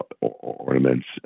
ornaments